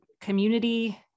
community